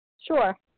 Sure